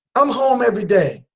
i'm home everyday.